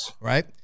right